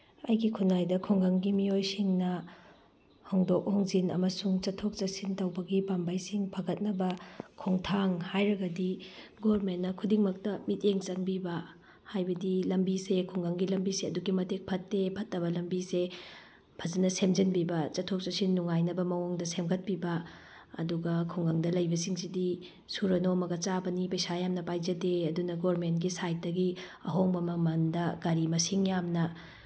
ꯑꯩꯒꯤ ꯈꯨꯟꯅꯥꯏꯗ ꯈꯨꯡꯒꯪꯒꯤ ꯃꯤꯑꯣꯏꯁꯤꯡꯅ ꯍꯣꯡꯗꯣꯛ ꯍꯣꯡꯖꯤꯟ ꯑꯃꯁꯨꯡ ꯆꯠꯊꯣꯛ ꯆꯠꯁꯤꯟ ꯇꯧꯕꯒꯤ ꯄꯥꯝꯕꯩꯁꯤꯡ ꯐꯒꯠꯅꯕ ꯈꯣꯡꯊꯥꯡ ꯍꯥꯏꯔꯒꯗꯤ ꯒꯣꯕꯔꯃꯦꯟꯅ ꯈꯨꯗꯤꯡꯃꯛꯇ ꯃꯤꯠꯌꯦꯡ ꯆꯪꯕꯤꯕ ꯍꯥꯏꯕꯗꯤ ꯂꯝꯕꯤꯁꯦ ꯈꯨꯡꯒꯪꯒꯤ ꯂꯝꯕꯤꯁꯦ ꯑꯗꯨꯛꯀꯤ ꯃꯇꯤꯛ ꯐꯠꯇꯦ ꯐꯠꯇꯕ ꯂꯝꯕꯤꯁꯦ ꯐꯖꯅ ꯁꯦꯝꯖꯤꯟꯕꯤꯕ ꯆꯠꯊꯣꯛ ꯆꯠꯁꯤꯟ ꯅꯨꯡꯉꯥꯏꯅꯕ ꯃꯑꯣꯡꯗ ꯁꯦꯝꯒꯠꯄꯤꯕ ꯑꯗꯨꯒ ꯈꯨꯡꯒꯪꯗ ꯂꯩꯕꯁꯤꯡꯁꯤꯗꯤ ꯁꯨꯔ ꯅꯣꯝꯃꯒ ꯆꯥꯕꯅꯤ ꯄꯩꯁꯥ ꯌꯥꯝꯅ ꯄꯥꯏꯖꯗꯦ ꯑꯗꯨꯅ ꯒꯕꯔꯃꯦꯟꯒꯤ ꯁꯥꯏꯠꯇꯒꯤ ꯑꯍꯣꯡꯕ ꯃꯃꯜꯗ ꯒꯥꯔꯤ ꯃꯁꯤꯡ ꯌꯥꯝꯅ